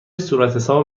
صورتحساب